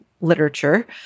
literature